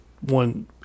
one